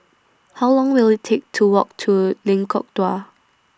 How Long Will IT Take to Walk to Lengkok Dua